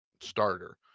starter